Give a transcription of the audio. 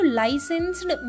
licensed